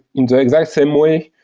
in the exact same way,